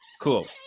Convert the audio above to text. Cool